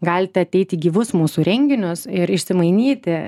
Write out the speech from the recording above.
galite ateiti į gyvus mūsų renginius ir išsimainyti